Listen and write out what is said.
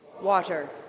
Water